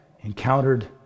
encountered